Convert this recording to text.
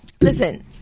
Listen